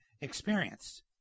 experienced